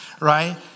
right